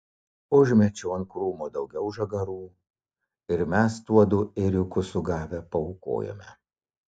užmečiau ant krūmo daugiau žagarų ir mes tuodu ėriuku sugavę paaukojome